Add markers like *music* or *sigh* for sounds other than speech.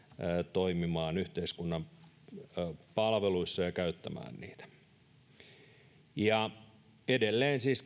toimimaan yhteiskunnan palveluissa ja käyttämään niitä edelleen siis *unintelligible*